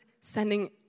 sending